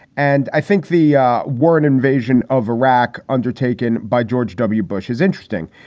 and i think the war, an invasion of iraq undertaken by george w. bush is interesting,